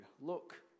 look